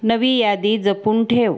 नवी यादी जपून ठेव